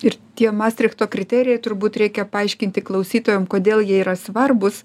ir tie mastrichto kriterijai turbūt reikia paaiškinti klausytojam kodėl jie yra svarbūs